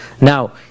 Now